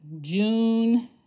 June